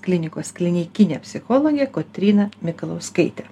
klinikos klinikinė psichologė kotryna mikalauskaitė